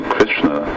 Krishna